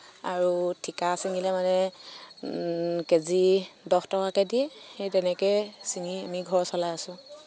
আৰু ঠিকাত ছিঙিলে মানে কিজি দহ টকাকৈ দিয়ে সেই তেনেকৈ ছিঙি আনি ঘৰ চলাই আছো